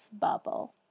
bubble